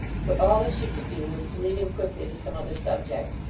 but all that she could do, was to lead him quickly to some other subject,